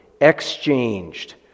exchanged